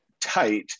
tight